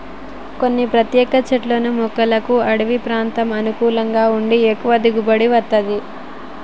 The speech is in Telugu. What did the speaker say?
కొన్ని ప్రత్యేక చెట్లను మొక్కలకు అడివి ప్రాంతం అనుకూలంగా ఉండి ఎక్కువ దిగుబడి వత్తది